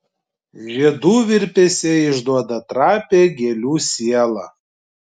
žiedų virpesiai išduoda trapią gėlių sielą